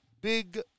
Big